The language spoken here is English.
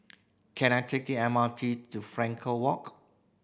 can I take M R T to Frankel Walk